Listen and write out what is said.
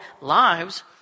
lives